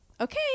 Okay